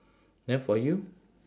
then for you